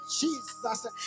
Jesus